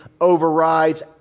overrides